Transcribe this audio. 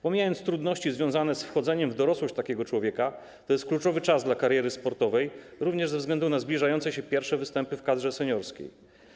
Pomijając trudności związane z wchodzeniem w dorosłość takiego człowieka, to jest kluczowy czas dla kariery sportowej, również ze względu na zbliżające się pierwsze występy w kadrze seniorskiej.